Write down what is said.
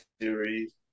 Series